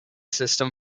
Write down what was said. system